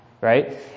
right